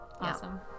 Awesome